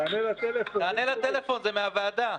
תענה לטלפון, זה מהוועדה.